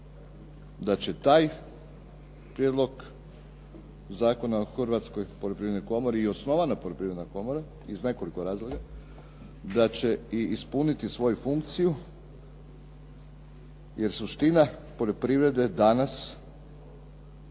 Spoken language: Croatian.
da će taj prijedlog zakona u Hrvatskoj poljoprivrednoj komori i osnovana Poljoprivredna komora iz nekoliko razloga, da će i ispuniti svoju funkciju jer suština poljoprivrede danas je